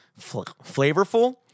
flavorful